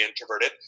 introverted